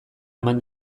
eman